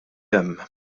hemm